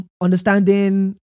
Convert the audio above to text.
understanding